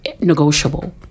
negotiable